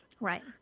Right